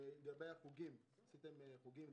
עשיתם חוגים.